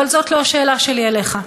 אבל זאת לא השאלה שלי אליך.